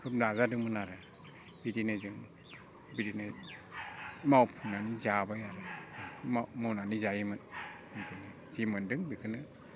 खोब नाजादोंमोन आरो बिदिनो जों बिदिनो मावफुंनानै जाबाय आरो मावनानै जायोमोन बिदिनो जि मोनदों बेखौनो